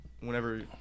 whenever